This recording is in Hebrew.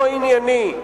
לא ענייני,